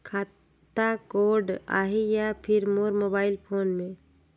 खाता कोड आही या फिर मोर मोबाइल फोन मे?